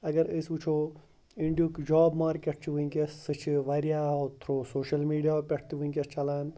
اگر أسۍ وٕچھو اِنڈیُک جاب مارکیٹ چھُ وٕنکٮ۪س سُہ چھِ وارَیاو تھرٛوٗ سوشَل میٖڈیا پٮ۪ٹھ تہِ وٕنکٮ۪س چَلان